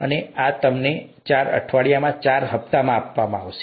અને આ તમને ચાર અઠવાડિયામાં ચાર હપ્તામાં આપવામાં આવશે